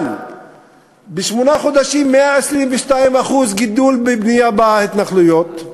אבל בשמונה חודשים 122% גידול בבנייה בהתנחלויות,